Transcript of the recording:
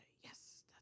Yes